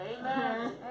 Amen